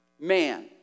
man